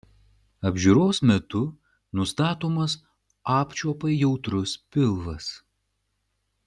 apžiūros metu nustatomas apčiuopai jautrus pilvas